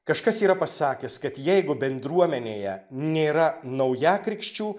kažkas yra pasakęs kad jeigu bendruomenėje nėra naujakrikščių